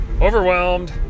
overwhelmed